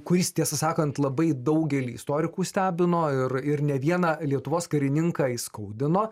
kuris tiesą sakant labai daugelį istorikų stebino ir ir ne vieną lietuvos karininką įskaudino